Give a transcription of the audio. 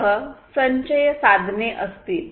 सह संचय साधने असतील